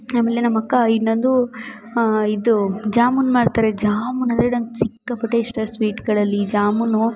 ಆಮೇಲೆ ನಮ್ಮಕ್ಕ ಇನ್ನೊಂದು ಇದು ಜಾಮೂನ್ ಮಾಡ್ತಾರೆ ಜಾಮೂನ್ ಅಂದರೆ ನಂಗೆ ಸಿಕ್ಕಾಪಟ್ಟೆ ಇಷ್ಟ ಸ್ವೀಟ್ಗಳಲ್ಲಿ ಜಾಮೂನು